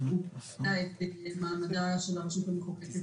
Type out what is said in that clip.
את מעמדה של הרשות המחוקקת,